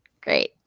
great